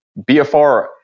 bfr